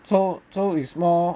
so so is more